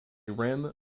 rim